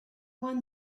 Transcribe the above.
when